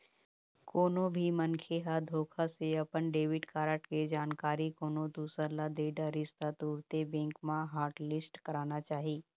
कोनो भी मनखे ह धोखा से अपन डेबिट कारड के जानकारी कोनो दूसर ल दे डरिस त तुरते बेंक म हॉटलिस्ट कराना चाही